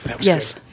Yes